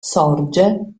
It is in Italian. sorge